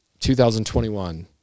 2021